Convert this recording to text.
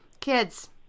Kids